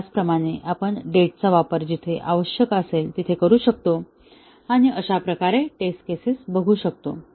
त्याचप्रमाणे आपण डेटचा वापर जिथे आवश्यक असेल तिथे करू शकतो आणि अशाप्रकारे इत्यादी केसेस बघू शकतो